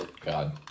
God